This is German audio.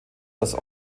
das